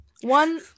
One